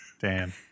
Dan